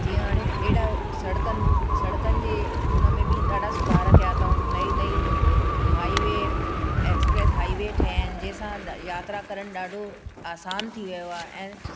जीअं हाणे अहिड़ा सड़िकनि सड़िकनि जे हुन में बि ॾाढा सुधारा किया अथऊं नई नई हाइवे एक्सप्रेस हाईवे ठहिजे सां ॾाढो यात्रा करणु ॾाढो आसानु थी वियो आहे ऐं